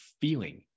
feeling